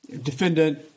defendant